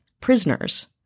prisoners